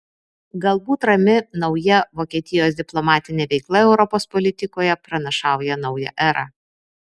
galbūt rami nauja vokietijos diplomatinė veikla europos politikoje pranašauja naują erą